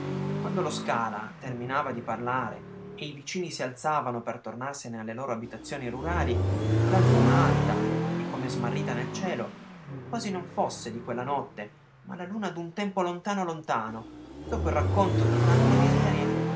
quando lo scala terminava di parlare e i vicini si alzavano per tornarsene alle loro abitazioni rurali la luna alta e come smarrita nel cielo quasi non fosse di quella notte ma la luna d'un tempo lontano lontano dopo il racconto di tante miserie